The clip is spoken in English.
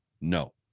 No